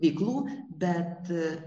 veiklų bet